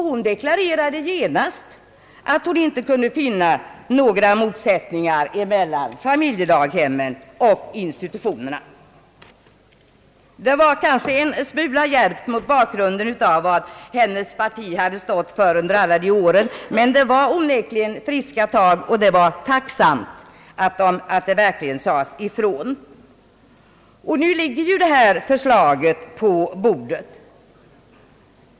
Hon deklarerade genast att hon inte kunde finna några motsättningar mellan familjedaghemmen och institutionerna. Det var kanske en smula djärvt mot bakgrunden av vad hennes parti hade sagt under de föregående åren. Men det var onekligen friska tag och det var tacknämligt att statsrådet verkligen sade ifrån. Nu ligger ett förslag på riksdagens bord.